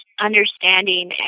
understanding